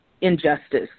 injustice